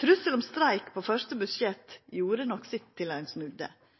Trussel om streik etter første budsjett gjorde nok sitt til at ein snudde.